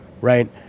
right